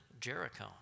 Jericho